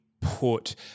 put